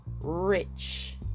rich